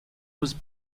was